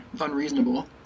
unreasonable